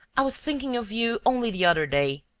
i was thinking of you only the other day.